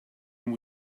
when